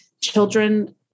Children